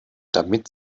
damit